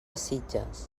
sitges